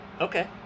Okay